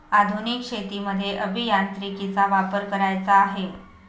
आधुनिक शेतीमध्ये अभियांत्रिकीचा वापर करायचा आहे